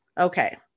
okay